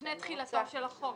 לפני תחילתו של החוק.